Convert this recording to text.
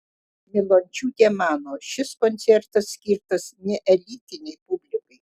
milončiūtė mano šis koncertas skirtas neelitinei publikai